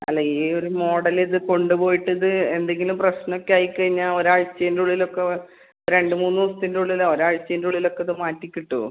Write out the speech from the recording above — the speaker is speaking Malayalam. അല്ല ഈ ഒര് മോഡലിത് കൊണ്ട്പോയിട്ടിത് എന്തെങ്കിലും പ്രശ്നമൊക്കെ ആയി കഴിഞ്ഞാൽ ഒരാഴ്ച്ചേൻറ്റുള്ളിലൊക്കെ രണ്ട് മൂന്ന് ദിവസത്തിന്റെ ഉള്ളിലോ ഒരാഴ്ച്ചേന്റെ ഉള്ളിൽ ഒക്കെ ഇത് മാറ്റി കിട്ടുമോ